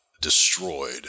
destroyed